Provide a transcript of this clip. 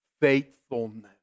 Faithfulness